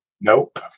Nope